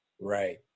Right